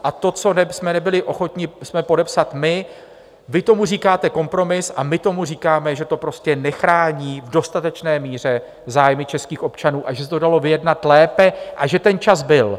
A to, co jsme nebyli ochotni podepsat my, vy tomu říkáte kompromis a my tomu říkáme, že to prostě nechrání v dostatečné míře zájmy českých občanů a že se to dalo vyjednat lépe a že ten čas byl.